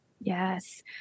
Yes